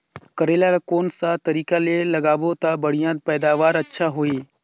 करेला ला कोन सा तरीका ले लगाबो ता बढ़िया पैदावार अच्छा होही?